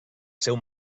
seu